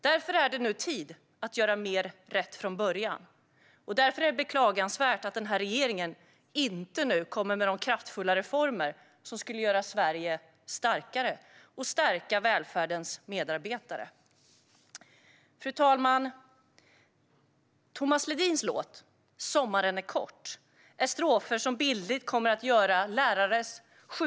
Därför är det nu tid att göra mer rätt från början. Det är beklagansvärt att regeringen inte kommer med de kraftfulla reformer som skulle göra Sverige starkare och stärka välfärdens medarbetare. Fru talman! I Tomas Ledins låt Sommaren är kort finns det strofer om att dagarna regnar bort.